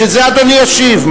בשביל זה אדוני ישיב.